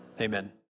Amen